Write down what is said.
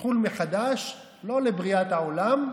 אתחול מחדש לא לבריאת העולם,